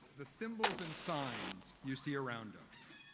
the symbols and signs you see around us.